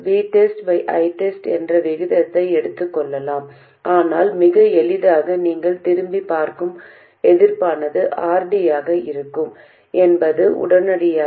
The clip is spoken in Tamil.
மின்தேக்கி C2 இல் உள்ள தடைகளை நாங்கள் ஏற்கனவே விவாதித்தோம் அதனால் அது ஒரு குறுகிய சுற்று போல் தோன்றுகிறது அதுதான் இந்த நிலை